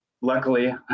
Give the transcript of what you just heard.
Luckily